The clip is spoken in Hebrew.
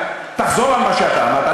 תחזור על מה שאתה אמרת,